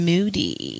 Moody